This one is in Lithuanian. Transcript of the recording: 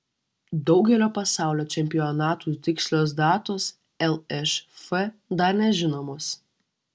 daugelio pasaulio čempionatų tikslios datos lšf dar nežinomos